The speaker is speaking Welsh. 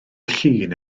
llun